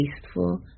tasteful